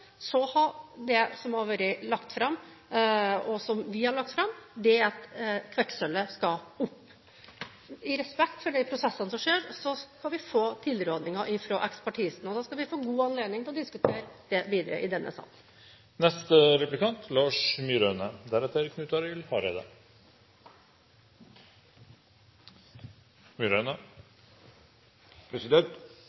det som vi har lagt fram, at kvikksølvet skal opp. I respekt for de prosessene som skjer, skal vi få tilrådingen fra ekspertisen, og da skal vi få god anledning til å diskutere det videre i denne sal.